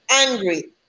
angry